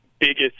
biggest